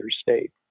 state